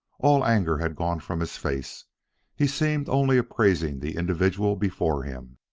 all anger had gone from his face he seemed only appraising the individual before him.